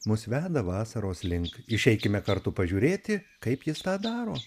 mus veda vasaros link išeikime kartu pažiūrėti kaip jis tą daro